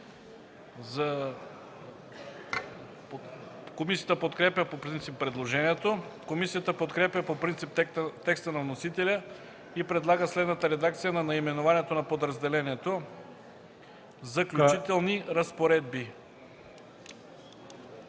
Комисията подкрепя по принцип предложението. Комисията подкрепя по принцип текста на вносителя и предлага следната редакция на наименованието на подразделението: „Заключителни разпоредби”.